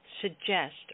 suggest